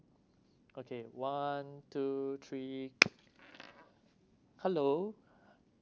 okay one two three hello